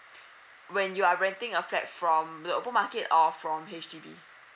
when you are renting a flat from the open market or from H_D_B